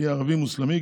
יהיה ערבי-מוסלמי,